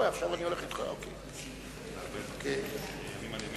הוספת סעיפים 35